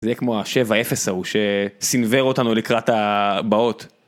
זה כמו ה-7.0 שסינוור אותנו לקראת הבאות.